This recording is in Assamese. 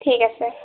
ঠিক আছে